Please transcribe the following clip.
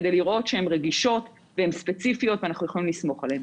כדי לראות שהן רגישות והן ספציפיות ואנחנו יכולים לסמוך עליהן.